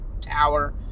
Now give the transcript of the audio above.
tower